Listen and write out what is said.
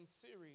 series